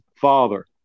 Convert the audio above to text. father